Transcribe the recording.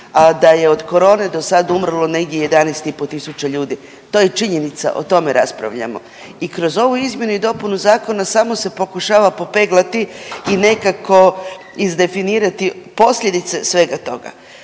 a da je od korone do sad umrlo negdje 11.500 ljudi. To je činjenica. O tome raspravljamo. I kroz ovu izmjenu i dopunu zakona samo se pokušava popeglati i nekako izdefinirati posljedice svega toga.